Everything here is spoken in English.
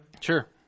Sure